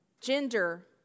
gender